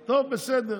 טוב, בסדר.